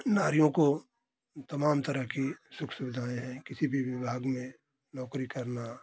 नारियों को तमाम तरह की सुख सुविधाएँ हैं किसी भी विभाग में नौकरी करना